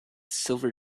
silver